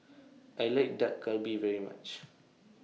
I like Dak Galbi very much